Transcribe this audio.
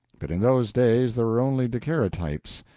but in those days there were only daguerreotypes,